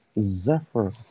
Zephyr